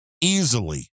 easily